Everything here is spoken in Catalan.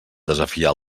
desafiar